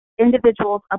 individuals